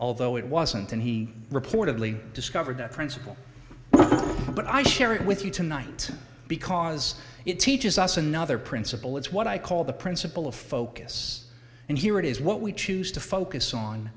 although it wasn't and he reportedly discovered the principle but i share it with you tonight because it teaches us another principle it's what i call the principle of focus and here it is what we choose to focus on